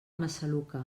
massaluca